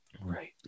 Right